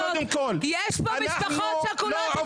יש פה משפחות שכולות,